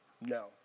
no